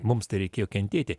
mums tai reikėjo kentėti